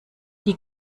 die